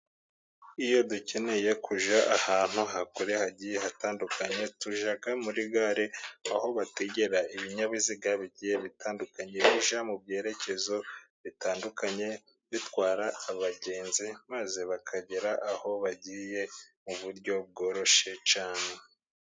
Iyo dukeneye kujya ahantu ha kure hagiye hatandukanye, tujya muri gare aho bategera ibinyabiziga bigiye bitandukanye, bije mu byerekezo bitandukanye ,bitwara abagenzi maze bakagera aho bagiye, mu buryo bworoshye cyane.